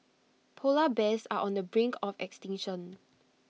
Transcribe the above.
Polar Bears are on the brink of extinction